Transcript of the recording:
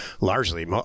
Largely